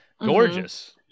Gorgeous